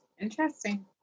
Interesting